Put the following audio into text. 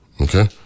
Okay